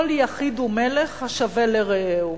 כל יחיד הוא מלך השווה לרעהו.